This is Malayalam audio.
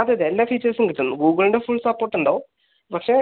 അതെ അതെ എല്ലാ ഫീച്ചേഴ്സും കിട്ടും ഗൂഗിളിൻ്റ ഫുൾ സപ്പോർട്ട് ഉണ്ടാവും പക്ഷെ